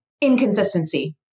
inconsistency